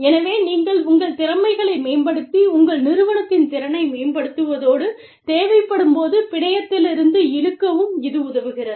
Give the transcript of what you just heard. எனவே நீங்கள் உங்கள் திறமைகளை மேம்படுத்தி உங்கள் நிறுவனத்தின் திறனை மேம்படுத்துவதோடு தேவைப்படும்போது பிணையத்திலிருந்து இழுக்கவும் இது உதவுகிறது